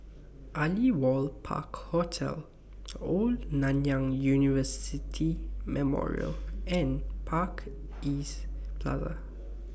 Aliwal Park Hotel Old Nanyang University Memorial and Park East Plaza